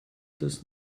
das